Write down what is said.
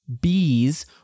Bees